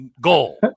goal